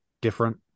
different